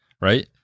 right